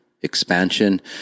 expansion